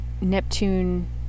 Neptune